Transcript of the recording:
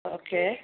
okay